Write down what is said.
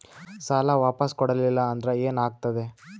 ಸಾಲ ವಾಪಸ್ ಕೊಡಲಿಲ್ಲ ಅಂದ್ರ ಏನ ಆಗ್ತದೆ?